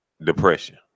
depression